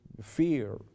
fear